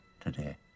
today